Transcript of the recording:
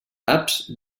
apps